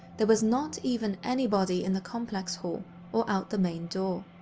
there was not even anybody in the complex hall or out the main door.